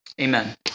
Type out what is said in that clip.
Amen